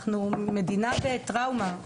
אנחנו מדינה בטראומה,